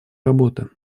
работы